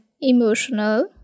emotional